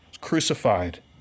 crucified